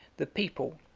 the people,